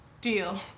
Deal